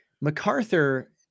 MacArthur